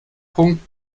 punkt